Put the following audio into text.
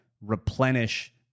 replenish